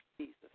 Jesus